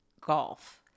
golf